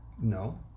No